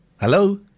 hello